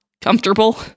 comfortable